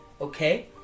Okay